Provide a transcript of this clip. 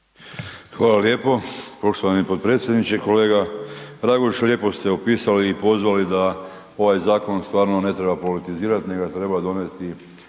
Hvala lijepo poštovani potpredsjedniče. Kolega Raguž, lijepo ste opisali i pozvali da ovaj zakon stvarno ne treba politizirati, nego ga treba donijeti